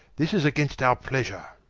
this is against our pleasure